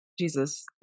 Jesus